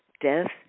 death